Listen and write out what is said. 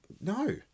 No